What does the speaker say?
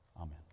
Amen